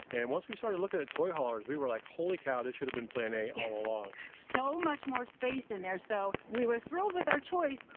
and once we started looking at toy haulers, we were like holy cow, this should have been plan a all along. so much more space in there. so we were thrilled with our choice,